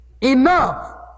Enough